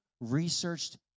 researched